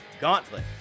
gauntlet